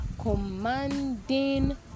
commanding